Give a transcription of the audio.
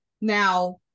now